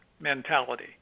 mentality